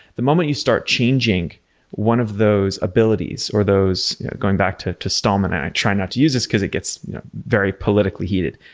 the moment you start changing one of those abilities or those going back to to stallman, and i try not to use this, because it gets very politically heated,